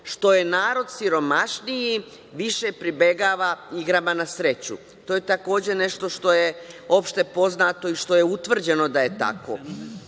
što je narod siromašniji više pribegava igrama na sreću. To je takođe nešto što je opšte poznato i što je utvrđeno da je tako.